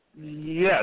Yes